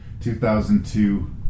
2002